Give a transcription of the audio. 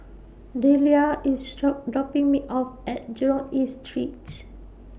Dellia IS dropping Me off At Jurong East Streets